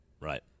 Right